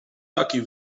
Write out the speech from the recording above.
takiej